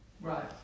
Right